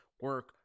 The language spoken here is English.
Work